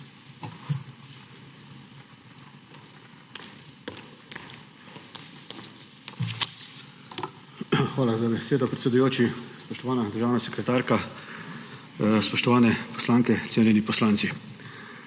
Hvala za besedo, predsedujoči. Spoštovana državna sekretarka, spoštovane poslanke, cenjeni poslanci!